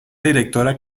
directora